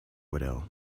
widow